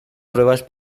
pruebas